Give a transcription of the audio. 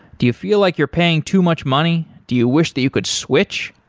do you feel like you're paying too much money? do you wish that you could switch?